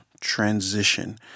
transition